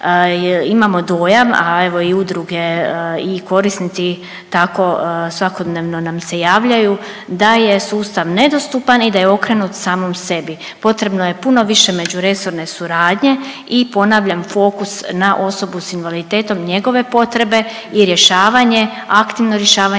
imamo dojam, a evo i udruge i korisnici tako svakodnevno nam se javljaju da je sustav nedostupan i da je okrenut samom sebi, potrebno je puno više međuresorne suradnje i ponavljam, fokus na osobu s invaliditetom, njegove potrebe i rješavanje,